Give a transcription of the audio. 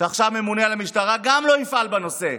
שעכשיו ממונה על המשטרה לא יפעל בנושא.